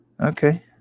Okay